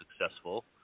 successful